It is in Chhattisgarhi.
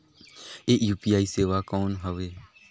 ये यू.पी.आई सेवा कौन हवे?